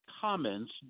comments